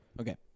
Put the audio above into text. okay